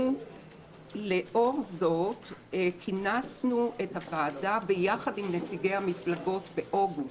לאור זאת כינסנו את הוועדה ביחד עם נציגי המפלגות באוגוסט,